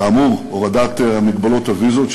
כאמור, הורדת המגבלות, הוויזות,